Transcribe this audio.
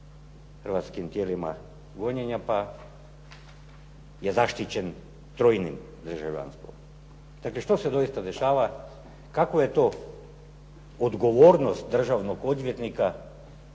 hrvatskim tijelima gonjenja, pa je zaštićen trojnim državljanstvom. Dakle što se dosita dešava, kakva je to odgovornost državnog odvjetnika